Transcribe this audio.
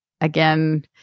again